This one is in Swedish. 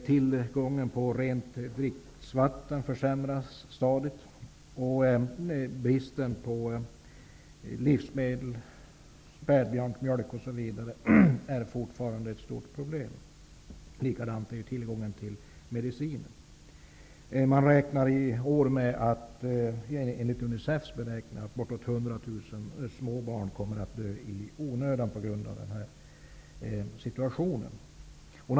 Tillgången på rent dricksvatten försämras stadigt och bristen på livsmedel såsom spädbarnsmjölk etc. är fortfarande ett stort problem, liksom tillgången till mediciner. Enligt Unicefs beräkningar räknar man i år med att upp emot 100 000 små barn kommer att dö på grund av situationen i landet.